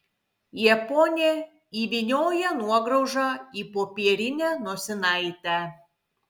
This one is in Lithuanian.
japonė įvynioja nuograužą į popierinę nosinaitę